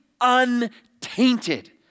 untainted